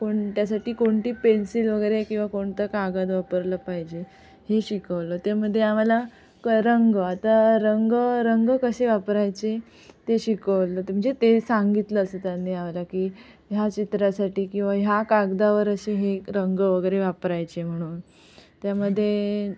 कोणत्यासाठी कोणती पेन्सिल वगैरे किंवा कोणतं कागद वापरलं पाहिजे हे शिकवलं त्यामध्ये आम्हाला क रंग आता रंग रंग कसे वापरायचे ते शिकवलं ते म्हणजे ते सांगितलं असं त्यांनी आम्हाला की ह्या चित्रासाठी किंवा ह्या कागदावर असे हे रंग वगैरे वापरायचे म्हणून त्यामध्ये